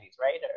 right